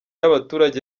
y’abaturage